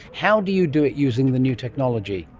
how do you do it using the new technology?